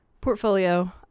portfolio